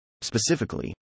Specifically